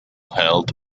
held